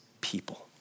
people